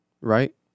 right